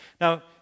Now